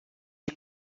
est